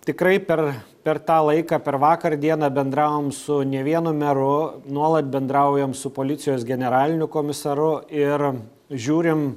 tikrai per per tą laiką per vakar dieną bendravom su ne vienu meru nuolat bendraujam su policijos generaliniu komisaru ir žiūrim